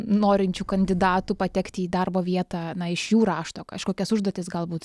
norinčių kandidatų patekti į darbo vietą na iš jų rašto kažkokias užduotis galbūt